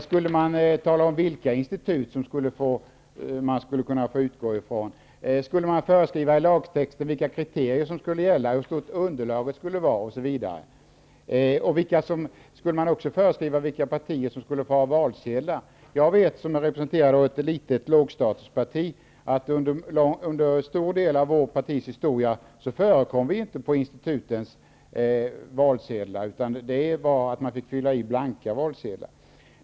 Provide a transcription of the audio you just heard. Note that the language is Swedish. Skulle man tala om vilka institut som vi kan utgå från? Skulle man i lagtexten föreskriva vilka kriterier som skulle gälla, hur stort underlaget skulle vara osv.? Skulle man också föreskriva vilka partier som skulle få valsedlar? Jag representerar ett litet lågstatusparti och vet att under en stor del av vårt partis historia förekom vi inte på institutens valsedlar. Man fick fylla i blanka valsedlar.